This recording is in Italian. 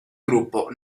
gruppo